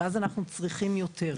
ואז אנחנו צריכים יותר.